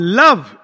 love